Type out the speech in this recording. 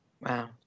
Wow